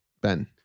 Ben